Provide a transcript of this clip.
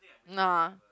no lah